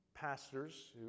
pastors